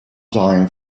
dying